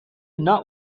not